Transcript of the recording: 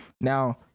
now